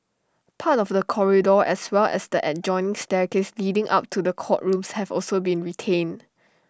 part of the corridor as well as the adjoining staircase leading up to the courtrooms have also been retained